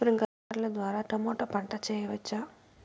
స్ప్రింక్లర్లు ద్వారా టమోటా పంట చేయవచ్చా?